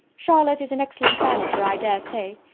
charlotte is an excellent manager, i dare say.